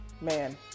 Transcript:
Man